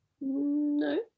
No